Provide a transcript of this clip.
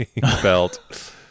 belt